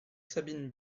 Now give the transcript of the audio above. sabine